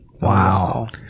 Wow